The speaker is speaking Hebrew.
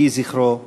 יהי זכרו ברוך.